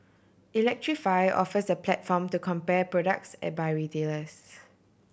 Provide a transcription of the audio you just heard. electrify offers a platform to compare products by retailers